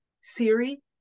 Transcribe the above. Siri